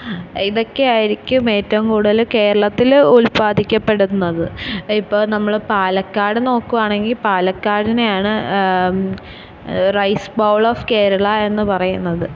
ഇതൊക്കെ ആയിരിക്കും ഏറ്റവും കൂടുതല് കേരളത്തില് ഉൽപാദിക്കപ്പെടുന്നത് ഇപ്പോൾ നമ്മള് പാലക്കാട് നോക്കുവാണെങ്കിൽ പാലക്കാടിനെയാണ് റൈസ് ബൗൾ ഓഫ് കേരള എന്ന് പറയുന്നത്